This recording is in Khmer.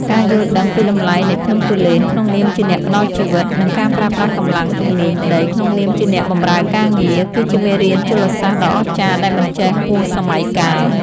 ការយល់ដឹងពីតម្លៃនៃភ្នំគូលែនក្នុងនាមជាអ្នកផ្ដល់ជីវិត និងការប្រើប្រាស់កម្លាំងទំនាញដីក្នុងនាមជាអ្នកបម្រើការងារ គឺជាមេរៀនជលសាស្ត្រដ៏អស្ចារ្យដែលមិនចេះហួសសម័យកាល។